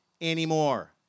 anymore